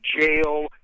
jail